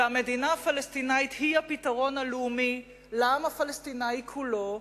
והמדינה הפלסטינית היא הפתרון הלאומי לעם הפלסטיני כולו,